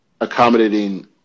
accommodating